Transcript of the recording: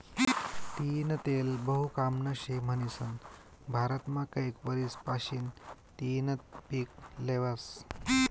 तीयीनं तेल बहु कामनं शे म्हनीसन भारतमा कैक वरीस पाशीन तियीनं पिक ल्हेवास